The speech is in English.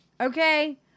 Okay